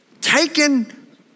taken